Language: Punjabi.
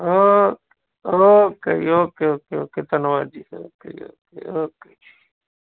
okay okay ji okay okay okay ਧੰਨਵਾਦ ji okay ji okay okay ਜੀ